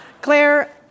Claire